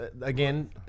Again